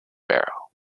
barrow